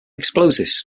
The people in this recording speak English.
explosives